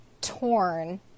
torn